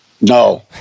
No